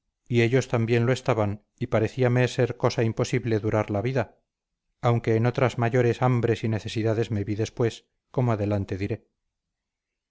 y ellos también lo estaban y parecíame ser cosa imposible durar la vida aunque en otras mayores hambres y necesidades me vi después como adelante